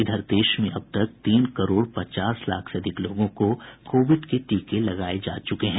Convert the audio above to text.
इधर देश में अब तक तीन करोड़ पचास लाख से अधिक लोगों को कोविड के टीके लगाए जा चुके हैं